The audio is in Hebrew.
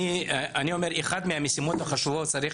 אני אומר שאחת מהמשימות החשובות היא שצריך